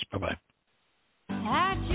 Bye-bye